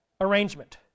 arrangement